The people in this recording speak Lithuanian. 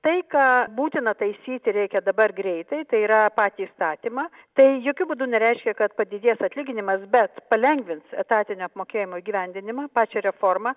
tai ką būtina taisyti reikia dabar greitai tai yra patį įstatymą tai jokiu būdu nereiškia kad padidės atlyginimas bet palengvins etatinio apmokėjimo įgyvendinimą pačią reformą